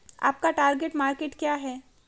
आपका target market क्या है?